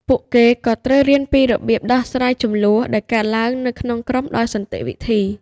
ពួកគេក៏ត្រូវរៀនពីរបៀបដោះស្រាយជម្លោះដែលកើតឡើងនៅក្នុងក្រុមដោយសន្តិវិធី។